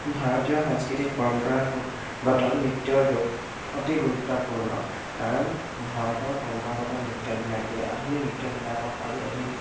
ভাৰতীয় সংস্কৃতিত পৰম্পৰাগত নৃত্যৰ ৰূপ অতি গুৰুত্বপূৰ্ণ কাৰণ ভাৰতৰ পৰম্পৰাগত নৃত্যবিলাকেই আধুনিক নৃত্যবিলাকক আৰু অধিক